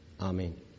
Amen